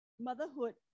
Motherhood